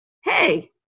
hey